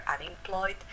unemployed